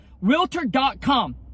Realtor.com